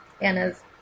Anna's